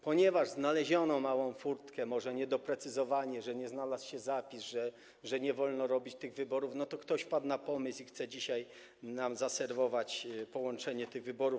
Ponieważ znaleziono małą furtkę, może niedoprecyzowanie, że nie znalazł się zapis, że nie wolno robić tych wyborów, ktoś wpadł na pomysł i chce dzisiaj nam zaserwować połączenie tych wyborów.